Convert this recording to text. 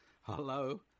Hello